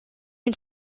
une